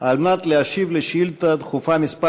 על מנת להשיב על שאילתה דחופה מס'